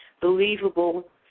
believable